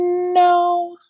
no,